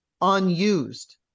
unused